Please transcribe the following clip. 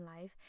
life